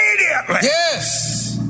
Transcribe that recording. Yes